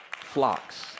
flocks